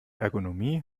ergonomie